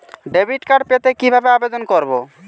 Debit card পেতে কি ভাবে আবেদন করব?